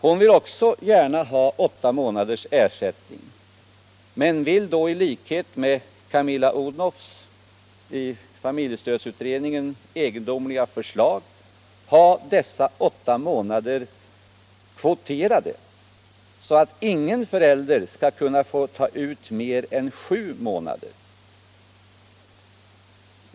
Hon vill också gärna ha åtta månaders ersättning men vill i enlighet med Camilla Odhnoffs egendomliga förslag i familjestödsutredningen ha dessa åtta månader kvoterade, så att ingen förälder skall kunna få ta ut mer än sju månader.